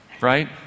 right